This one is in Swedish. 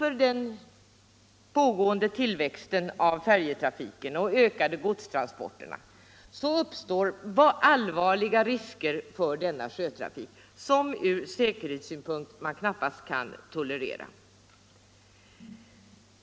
Genom den pågående tillväxten av färjetrafiken och ökningen av godstransporterna uppstår allvarliga risker för denna sjötrafik, vilka man ur säkerhetssynpunkt knappast kan tolerera.